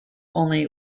only